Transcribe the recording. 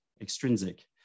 extrinsic